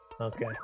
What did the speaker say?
Okay